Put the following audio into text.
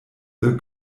the